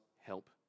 help